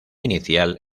inicial